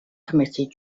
committee